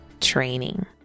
training